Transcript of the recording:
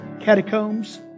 Catacombs